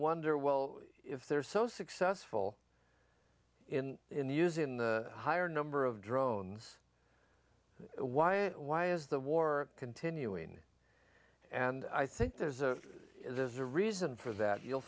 wonder well if they're so successful in in the use in the higher number of drones why a why is the war continuing and i think there's a there's a reason for that you'll